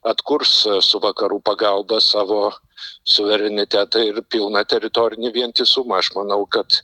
atkurs su vakarų pagalba savo suverenitetą ir pilną teritorinį vientisumą aš manau kad